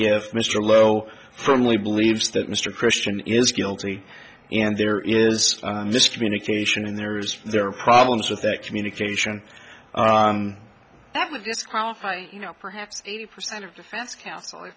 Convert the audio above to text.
if mr low firmly believes that mr christian is guilty and there is this communication and there is there are problems with that communication that would disqualify you know perhaps eighty percent of defense counsel